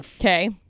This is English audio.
Okay